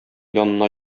янына